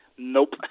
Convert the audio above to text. Nope